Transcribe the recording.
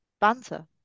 banter